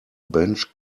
bench